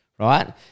Right